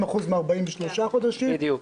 זה 50% מ-43 חודשים --- בדיוק,